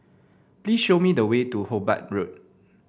please show me the way to Hobart Road